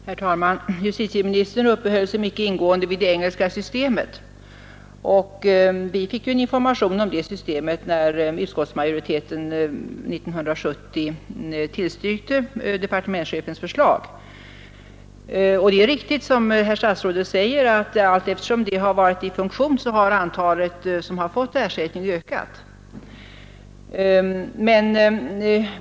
Herr talman! Justitieministern uppehöll sig mycket ingående vid det engelska systemet, och vi fick en information om det systemet när utskottsmajoriteten 1970 tillstyrkte departementschefens förslag. Det är riktigt, som statsrådet säger, att allteftersom det varit i funktion har antalet ersättningar ökat.